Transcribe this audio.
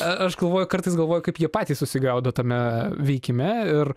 aš galvoju kartais galvoju kaip jie patys susigaudo tame veikime ir